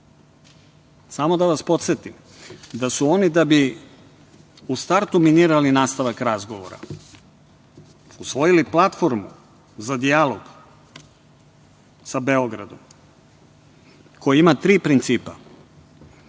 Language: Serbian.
da vas podsetim da su oni da bi u startu minirali nastavak razgovora usvojili platformu za dijalog sa Beogradom, koji ima tri principa: